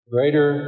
Greater